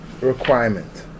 requirement